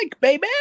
baby